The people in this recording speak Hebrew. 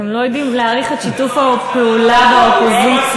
אתם לא יודעים להעריך את שיתוף הפעולה באופוזיציה.